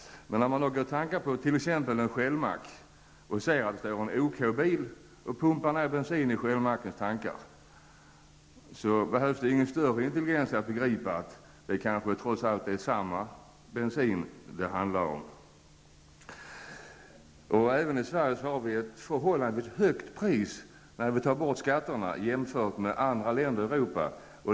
Men om man tankar t.ex. på en Shellmack och upptäcker att en OK-bil pumpar ner bensin i den här mackens tankar behövs det inte någon större intelligens för att man skall begripa att det kanske trots allt är samma bensin det handlar om. Även här i Sverige är priserna förhållandevis höga, skatter undantagna, jämfört med vad som gäller i andra länder i Europa.